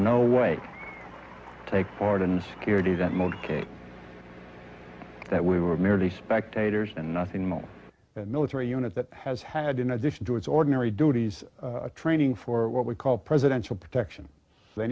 no way take part in the security that motorcade that we were merely spectators and nothing more than a military unit that has had in addition to its ordinary duties a training for what we call presidential protection they